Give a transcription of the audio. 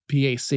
PAC